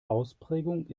ausprägung